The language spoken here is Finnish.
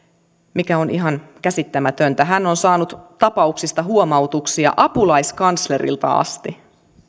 mikä on ihan käsittämätöntä hän on saanut tapauksista huomautuksia apulaisoikeuskanslerilta asti